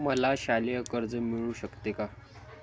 मला शालेय कर्ज मिळू शकते का?